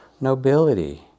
nobility